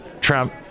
Trump